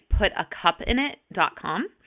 putacupinit.com